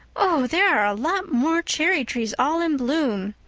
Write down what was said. oh, there are a lot more cherry-trees all in bloom!